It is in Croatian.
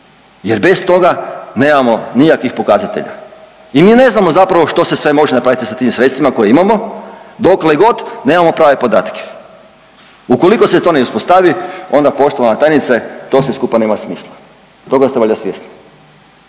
jer bez toga nemamo nikakvih pokazatelja i mi ne znamo zapravo što se sve može napraviti sa tim sredstvima koje imamo dokle god nemamo prave podatke. Ukoliko se to ne uspostavi onda poštovana tajnice to sve skupa nema smisla. Toga ste valja svjesni.